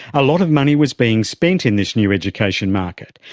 a lot of money was being spent in this new education market.